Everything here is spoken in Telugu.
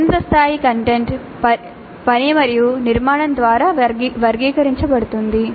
కఠినత స్థాయి కంటెంట్ పని మరియు నిర్మాణం ద్వారా వర్గీకరించబడుతుంది